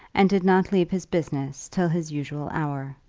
and did not leave his business till his usual hour.